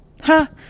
Ha